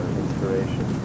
inspiration